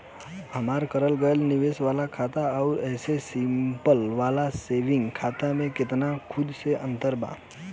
हमार करल गएल निवेश वाला खाता मे आउर ऐसे सिंपल वाला सेविंग खाता मे केतना सूद के अंतर बा?